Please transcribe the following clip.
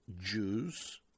Jews